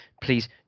please